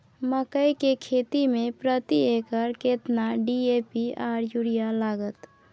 मकई की खेती में प्रति एकर केतना डी.ए.पी आर यूरिया लागत?